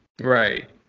Right